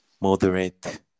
moderate